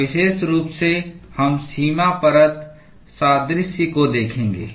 और विशेष रूप से हम सीमा परत सादृश्य को देखेंगे